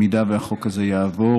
אם החוק הזה יעבור,